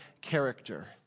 character